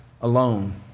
alone